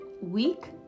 week